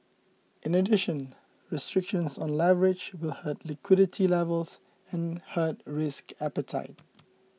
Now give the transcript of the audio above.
in addition restrictions on leverage will hurt liquidity levels and hurt risk appetite